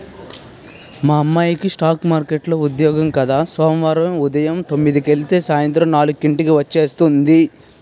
మా అమ్మాయికి స్ఠాక్ మార్కెట్లో ఉద్యోగం కద సోమవారం ఉదయం తొమ్మిదికెలితే సాయంత్రం నాలుక్కి ఇంటికి వచ్చేస్తుంది